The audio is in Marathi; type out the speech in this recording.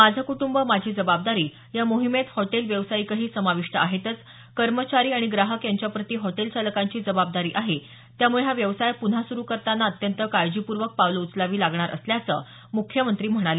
माझं कुटुंब माझी जबाबदारी या मोहिमेत हॉटेल व्यावसायिकही समाविष्ट आहेतच कर्मचारी आणि ग्राहक यांच्या प्रति हॉटेल चालकांची जबाबदारी आहे त्यामुळे हा व्यवसाय पुन्हा सुरु करतांना अत्यंत काळजीपूर्वक पावलं उचलावी लागणार असल्याचं मुख्यमंत्री म्हणाले